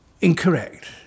incorrect